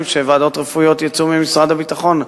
שוועדות רפואיות יצאו ממשרד הביטחון,